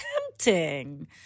tempting